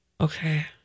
Okay